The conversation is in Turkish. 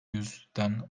yüzden